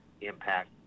impact